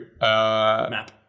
map